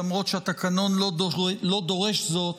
שלמרות שהתקנון לא דורש זאת,